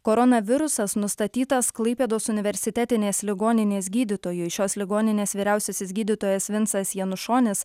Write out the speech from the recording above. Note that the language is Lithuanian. koronavirusas nustatytas klaipėdos universitetinės ligoninės gydytojui šios ligoninės vyriausiasis gydytojas vincas janušonis